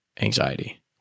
anxiety